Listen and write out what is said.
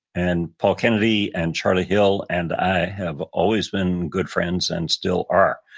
and paul kennedy and charlie hill and i have always been good friends and still are.